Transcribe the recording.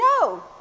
No